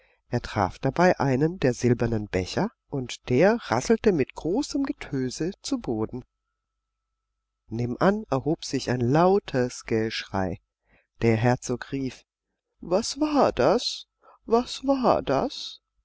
er traf dabei einen der silbernen becher und der rasselte mit großem getöse zu boden nebenan erhob sich ein lautes geschrei der herzog rief was war das was war das